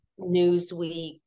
Newsweek